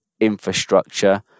infrastructure